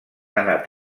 anat